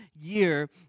year